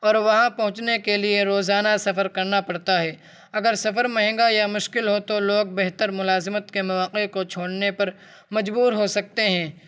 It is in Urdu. اور وہاں پہنچنے کے لیے روزانہ سفر کرنا پڑتا ہے اگر سفر مہنگا یا مشکل ہو تو لوگ بہتر ملازمت کے مواقع کو چھوڑنے پر مجبور ہو سکتے ہیں